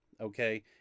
okay